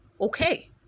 okay